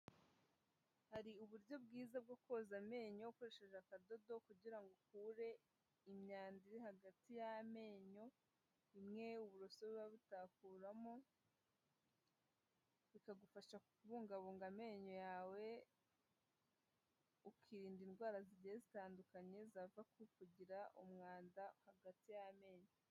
Hari uburyo bwiza bwo koza amenyo ukoresheje akadodo kugira ngo ukure imyanda iri hagati y'amenyo, imwe uburoso buba butakuramo, bikagufasha kubungabunga amenyo yawe, ukirinda indwara zigiye zitandukanye zava ku kugira umwanda hagati y'amenyo.